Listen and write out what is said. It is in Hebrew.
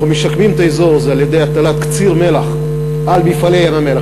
שאנחנו משקמים את האזור הזה על-ידי הטלת קציר מלח על "מפעלי ים-המלח",